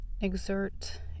exert